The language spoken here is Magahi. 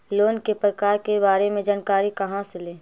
लोन के प्रकार के बारे मे जानकारी कहा से ले?